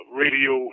radio